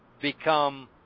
become